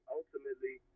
ultimately